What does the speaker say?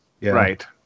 Right